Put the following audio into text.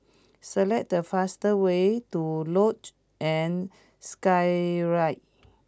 select the fastest way to Luge and Skyride